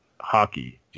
hockey